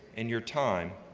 and your time,